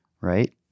Right